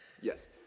Yes